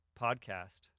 podcast